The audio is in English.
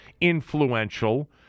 influential